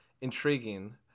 intriguing